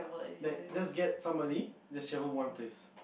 like just get somebody just travel one place